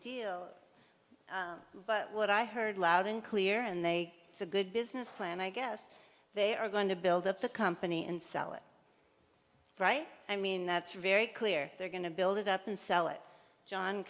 deal but what i heard loud and clear and they so good business plan i guess they are going to build up the company and sell it right i mean that's very clear they're going to build it up and sell it john